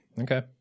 Okay